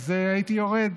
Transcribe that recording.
אז הייתי יורד